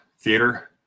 Theater